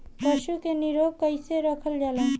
पशु के निरोग कईसे रखल जाला?